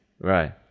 Right